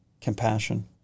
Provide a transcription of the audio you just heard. compassion